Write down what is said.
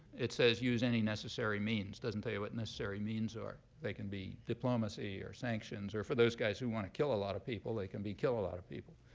it says, use any necessary means. doesn't tell you what necessary means are. they can be diplomacy or sanctions. or, for those guys who want to kill a lot of people, they can be kill a lot of people.